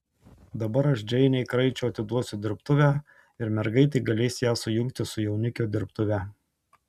dabar aš džeinei kraičio atiduosiu dirbtuvę ir mergaitė galės ją sujungti su jaunikio dirbtuve